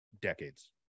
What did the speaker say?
decades